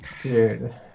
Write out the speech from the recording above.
Dude